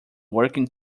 working